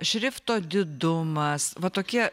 šrifto didumas va tokie